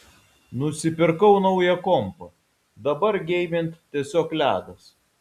nusipirkau naują kompą dabar geimint tiesiog ledas